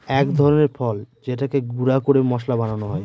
এক ধরনের ফল যেটাকে গুঁড়া করে মশলা বানানো হয়